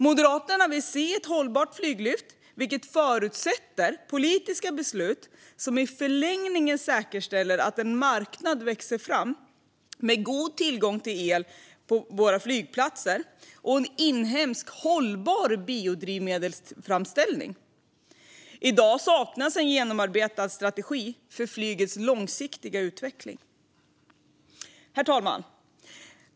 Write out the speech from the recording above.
Moderaterna vill se ett hållbart flyglyft, vilket förutsätter politiska beslut som i förlängningen säkerställer att en marknad växer fram med god tillgång till el på våra flygplatser och med en inhemsk hållbar biodrivmedelsframställning. I dag saknas en genomarbetad strategi för flygets långsiktiga utveckling. Herr talman!